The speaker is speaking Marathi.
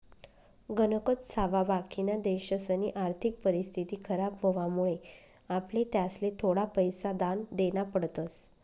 गणकच सावा बाकिना देशसनी आर्थिक परिस्थिती खराब व्हवामुळे आपले त्यासले थोडा पैसा दान देना पडतस